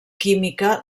química